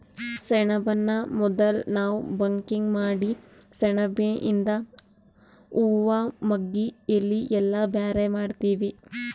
ಸೆಣಬನ್ನ ಮೊದುಲ್ ನಾವ್ ಬಕಿಂಗ್ ಮಾಡಿ ಸೆಣಬಿಯಿಂದು ಹೂವಾ ಮಗ್ಗಿ ಎಲಿ ಎಲ್ಲಾ ಬ್ಯಾರೆ ಮಾಡ್ತೀವಿ